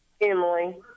Emily